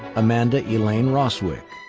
amanda elaine roswick.